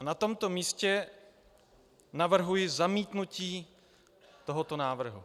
Na tomto místě navrhuji zamítnutí tohoto návrhu.